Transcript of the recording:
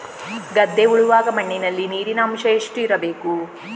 ಗದ್ದೆ ಉಳುವಾಗ ಮಣ್ಣಿನಲ್ಲಿ ನೀರಿನ ಅಂಶ ಎಷ್ಟು ಇರಬೇಕು?